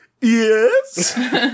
Yes